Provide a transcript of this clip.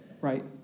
right